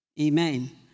Amen